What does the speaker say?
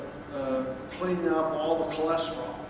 cleaning up all the cholesterol.